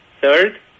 Third